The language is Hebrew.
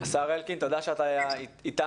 השר אלקין, תודה שאתה אתנו.